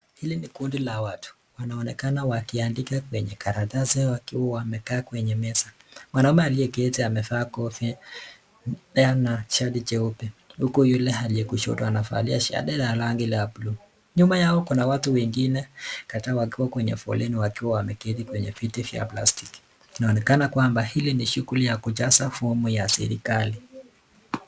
Hili ni kundi la watu wanaonekana wakiandika kwenye karatasi wakiwa wamekaa kwenye meza. Mwanaume aliyeketi amevaa kofia na shati cheupe huku yule aliye kushoto amevalia shati rangi ya blue . Nyuma yao watu wengine kadhaa wakiwa kwenye foleni wakiwa wameketi kwenye viti vya plastiki. Inaonekana kwamba hili ni shighuli ya kujaza fomu ya serikali.